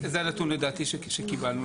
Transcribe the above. זה הנתון לדעתי שקיבלנו.